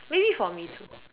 maybe for me too